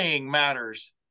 matters